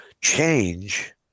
change